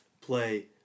play